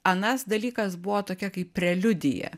anas dalykas buvo tokia kaip preliudija